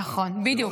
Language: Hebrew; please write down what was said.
נכון, בדיוק.